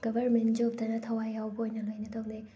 government ꯖꯣꯕꯇꯅ ꯊꯋꯥꯏ ꯌꯥꯎꯕ ꯑꯣꯏꯅ ꯂꯣꯏꯅ ꯇꯧꯅꯩ